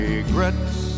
Regrets